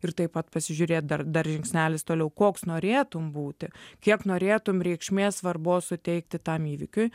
ir taip pat pasižiūrėt dar dar žingsnelis toliau koks norėtum būti kiek norėtum reikšmės svarbos suteikti tam įvykiui